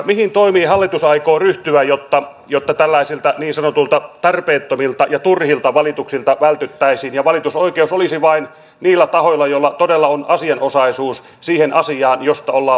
mihin toimiin hallitus aikoo ryhtyä jotta tällaisilta niin sanotuilta tarpeettomilta ja turhilta valituksilta vältyttäisiin ja valitusoikeus olisi vain niillä tahoilla joilla todella on asianosaisuus siihen asiaan josta ollaan valittamassa